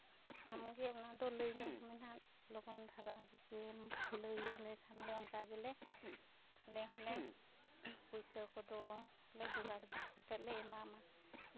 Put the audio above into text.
ᱟᱢᱜᱮ ᱚᱱᱟᱫᱚ ᱞᱟᱹᱭ ᱧᱚᱜᱽ ᱢᱮ ᱱᱟᱜ ᱞᱚᱜᱚᱱ ᱫᱷᱟᱨᱟᱜᱮ ᱡᱮᱢ ᱞᱟᱹᱭᱟᱞᱮ ᱠᱷᱟᱱ ᱞᱮ ᱚᱱᱠᱟ ᱜᱮᱞᱮ ᱟᱞᱮ ᱦᱚᱸᱞᱮ ᱯᱩᱭᱥᱟᱹ ᱠᱚᱫᱚᱞᱮ ᱡᱚᱜᱟᱲ ᱠᱟᱛᱮᱫ ᱞᱮ ᱮᱢᱟᱢᱟ